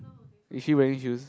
if she wearing shoes